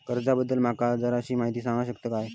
कर्जा बद्दल माका जराशी माहिती सांगा शकता काय?